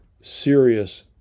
serious